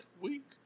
Week